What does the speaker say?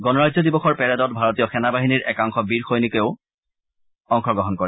গণৰাজ্য দিৱসৰ পেৰেডত ভাৰতীয় সেনা বাহিনীৰ একাংশ প্ৰাক্তন বীৰ সৈনিকেও অংশ গ্ৰহণ কৰে